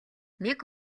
нэг